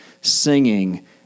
singing